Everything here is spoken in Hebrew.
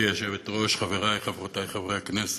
גברתי היושבת-ראש, חברי וחברותי חברי הכנסת,